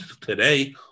today